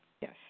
Yes